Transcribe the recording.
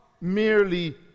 merely